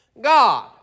God